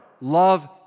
Love